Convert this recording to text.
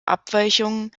abweichungen